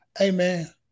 Amen